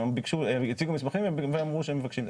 הם הציגו מסמכים ואמרו שהם מבקשים.